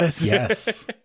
Yes